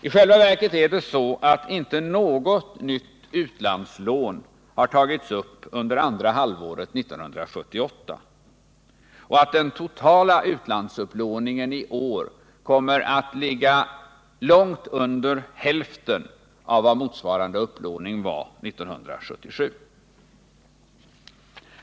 I själva verket är det så, att inget nytt utlandslån har tagits upp under andra halvåret 1978 och att den totala utlandsupplåningen i år kommer att ligga långt under hälften av vad motsvarande upplåning var 1977.